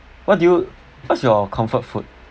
what do you what's your comfort food